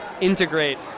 integrate